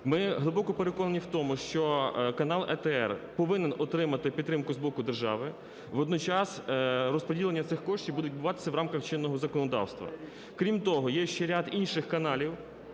Ми глибоко переконані в тому, що канал АТR повинен отримувати підтримку з боку держави, водночас розподіл цих коштів буде відбуватися в рамках чинного законодавства. Крім того, є ще ряд інших каналів,